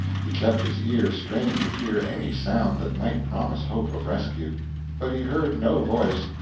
he kept his ear strained to hear any sound that might promise hope of rescue but he heard no voice,